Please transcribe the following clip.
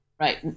right